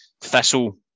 Thistle